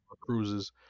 cruises